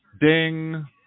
Ding